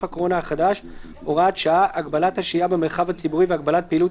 הקורונה החדש (הוראת שעה}(הגבלת השהייה במרחב הציבורי והגבלת פעילות),